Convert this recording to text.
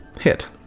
hit